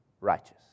righteous